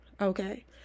okay